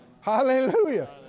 Hallelujah